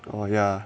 oh ya